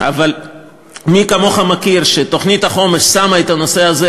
אבל מי כמוך מכיר שתוכנית החומש שמה את הנושא הזה,